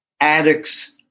addicts